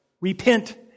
Repent